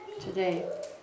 today